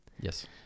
Yes